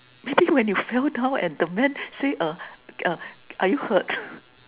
maybe when you fell down and the man say are you hurt